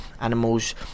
animals